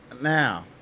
Now